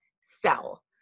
sell